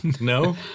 No